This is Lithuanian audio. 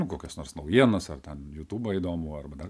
kokios nors naujienos ar ten jutubo įdomų arba dar